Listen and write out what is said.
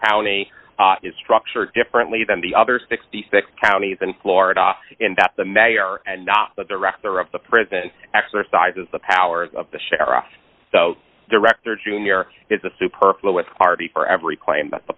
county is structured differently than the other sixty six counties in florida and that the mayor and the director of the prison exercises the power of the sheriff director jr is a superfluid party for every claim but the